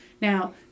Now